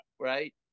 right